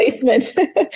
placement